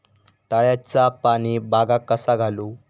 तळ्याचा पाणी बागाक कसा घालू?